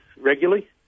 regularly